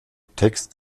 text